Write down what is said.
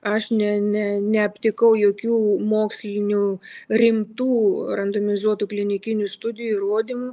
aš ne ne neaptikau jokių mokslinių rimtų randomizuotų klinikinių studijų įrodymų